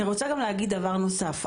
אני רוצה גם להגיד דבר נוסף.